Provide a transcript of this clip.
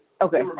Okay